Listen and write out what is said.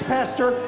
Pastor